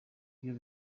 byo